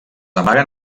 amaguen